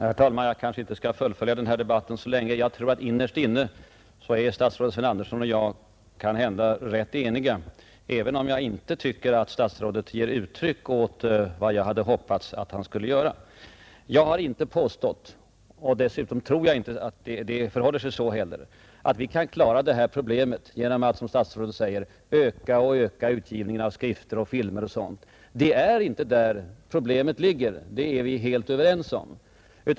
Herr talman! Jag kanske inte skall fortsätta debatten längre. Jag tror att innerst inne är statsrådet Sven Andersson och jag rätt eniga, även om jag inte tycker att statsrådet ger uttryck åt vad jag hoppats att han skulle göra. Jag har inte påstått — dessutom tror jag inte heller att det förhåller sig så — att vi kan klara detta problem genom att som statsrådet säger öka och öka utgivningen av skrifter, visning av filmer och sådant. Det är inte där problemet ligger. Det är vi helt överens om.